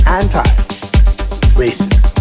anti-racist